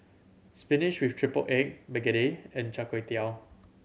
spinach with triple egg begedil and Char Kway Teow